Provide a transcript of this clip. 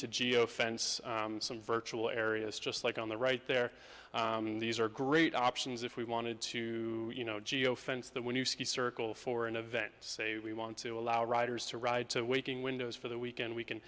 to geo fence some virtual areas just like on the right there these are great options if we wanted to you know geo fence that when you see circle for an event say we want to allow riders to ride to waking windows for the weekend we can